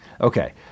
Okay